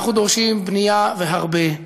אנחנו דורשים בנייה, והרבה,